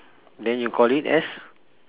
then you call it as